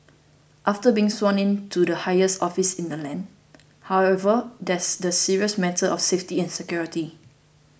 after being sworn in to the highest office in the land however there's the serious matter of safety and security